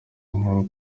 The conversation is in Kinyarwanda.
inkuru